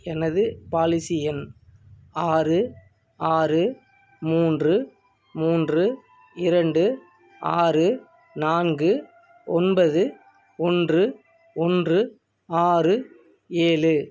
எனது பாலிசி எண் ஆறு ஆறு மூன்று மூன்று இரண்டு ஆறு நான்கு ஒன்பது ஒன்று ஒன்று ஆறு ஏழு